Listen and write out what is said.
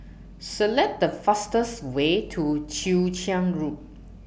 Select The fastest Way to Chwee Chian Road